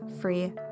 free